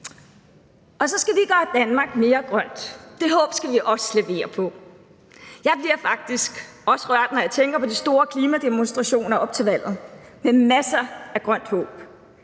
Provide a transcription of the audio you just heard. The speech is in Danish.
Så skal vi gøre Danmark mere grønt. Det håb skal vi også levere på. Jeg bliver faktisk også rørt, når jeg tænker på de store klimademonstrationer op til valget med masser af grønt håb.